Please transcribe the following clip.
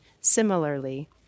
similarly